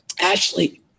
Ashley